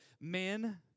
men